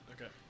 okay